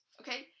okay